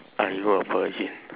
are you a virgin